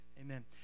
Amen